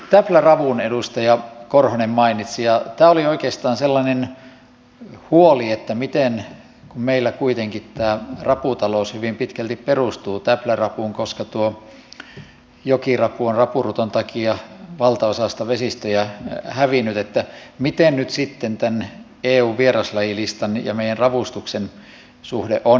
täpläravun edustaja korhonen mainitsi ja tämä oli oikeastaan sellainen huoli kun meillä kuitenkin tämä raputalous hyvin pitkälle perustuu täplärapuun koska tuo jokirapu on rapuruton takia valtaosasta vesistöjä hävinnyt että mikä nyt sitten tämän eun vieraslajilistan ja meidän ravustuksen suhde on